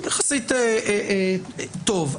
יחסית טוב,